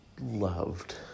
loved